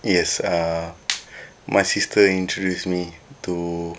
yes uh my sister introduce me to